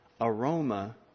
aroma